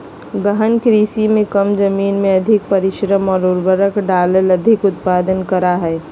गहन कृषि में कम जमीन में अधिक परिश्रम और उर्वरक डालकर अधिक उत्पादन करा हइ